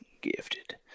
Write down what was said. gifted